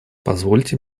позвольте